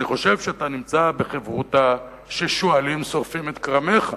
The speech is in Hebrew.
אני חושב שאתה נמצא בחברותא ששועלים שורפים את כרמך.